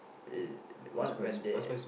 uh one when they